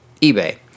eBay